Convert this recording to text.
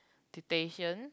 dictation